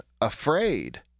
afraid